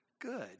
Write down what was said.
Good